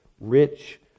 rich